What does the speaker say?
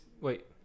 Wait